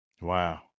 Wow